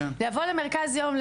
לבוא למרכז יום,